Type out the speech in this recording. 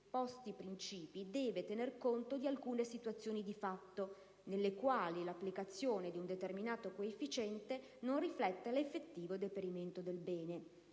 suesposti principi deve tener conto di alcune situazioni di fatto nelle quali l'applicazione di un determinato coefficiente non rifletta l'effettivo deperimento del bene.